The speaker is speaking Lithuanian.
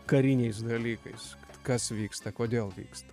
kariniais dalykais kas vyksta kodėl vyksta